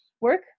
work